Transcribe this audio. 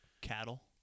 Cattle